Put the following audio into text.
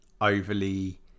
overly